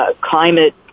climate